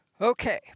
okay